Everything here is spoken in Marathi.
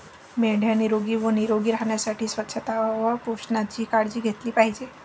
मेंढ्या निरोगी व निरोगी राहण्यासाठी स्वच्छता व पोषणाची काळजी घेतली पाहिजे